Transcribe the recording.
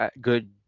good